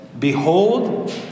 Behold